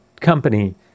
company